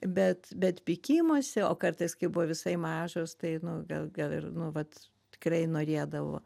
bet bet pykimosi o kartais kai buvo visai mažos tai nu gal gal ir nu vat tikrai norėdavo